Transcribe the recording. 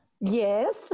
Yes